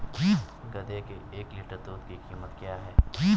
गधे के एक लीटर दूध की कीमत क्या है?